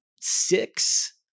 six